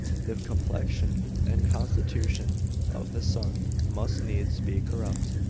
the complexion and constitution of the son must needs be corrupt,